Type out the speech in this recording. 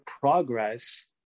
progress